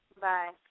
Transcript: Bye